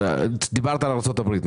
דיברת על ארצות הברית.